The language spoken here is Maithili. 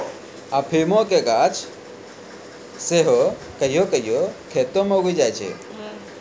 अफीमो के गाछ सेहो कहियो कहियो खेतो मे उगी जाय छै